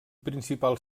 principal